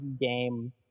game